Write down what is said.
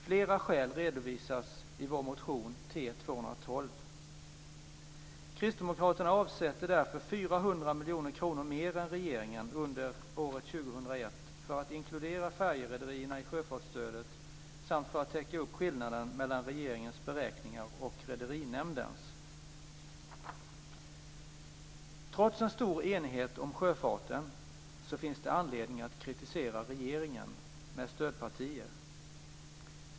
Flera skäl redovisas i vår motion T212. Kristdemokraterna avsätter därför 400 miljoner kronor mer än regeringen under året 2001 för att inkludera färjerederierna i sjöfartsstödet, samt för att täcka upp skillnaden mellan regeringens beräkningar och Rederinämndens. Trots en stor enighet om sjöfarten finns det anledning att kritisera regeringen med stödpartier.